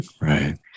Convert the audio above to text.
Right